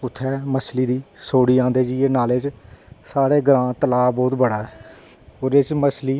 उत्थें मच्छली गी सुट्टी आंदे नालै च साढ़े ग्रां तलाब बहुत बड़ा ऐ ओह्दे च मच्छली